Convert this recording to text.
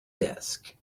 desk